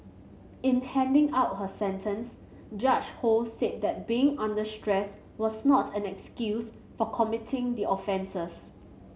in handing out her sentence Judge Ho said that being under stress was not an excuse for committing the offences